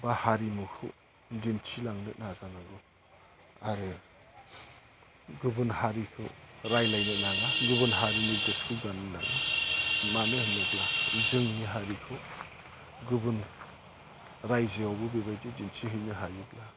बा हारिमुखौ दिन्थिलांनो नाजानांगौ आरो गुबुन हारिखौ रायज्लायनो नाङा गुबुन हारिनि ड्रेसखौ गाननो नाङा मानो होनोब्ला जोंनि हारिखौ गुबुन रायजोआवबो बेबायदि दिन्थिहैनो हायोब्ला